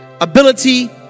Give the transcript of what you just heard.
ability